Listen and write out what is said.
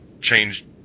changed